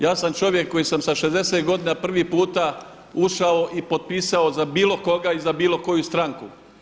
Ja sam čovjek koji sam sa 60 godina prvi puta ušao i potpisao za bilo koga i za bilo koju stranku.